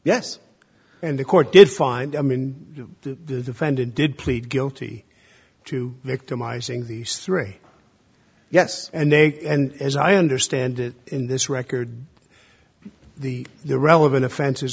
yes and the court did find a mean to offend and did plead guilty to victimizing these three yes and they and as i understand it in this record the the relevant offenses